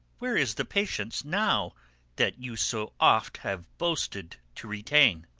where is the patience now that you so oft have boasted to retain?